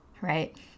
Right